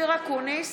אופיר אקוניס,